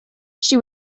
she